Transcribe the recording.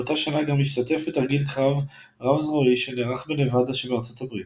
באותה שנה גם השתתף בתרגיל קרב רב-זרועי שנערך בנבדה שבארצות הברית,